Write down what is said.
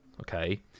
Okay